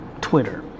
Twitter